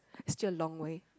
still a long way